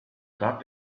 got